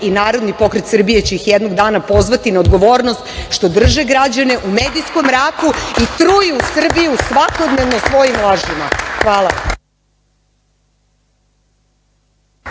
i Narodni pokret Srbije će ih jednog dana pozvati na odgovornost što drže građane u medijskom mraku i truju Srbiju svakodnevno svojim lažima. Hvala.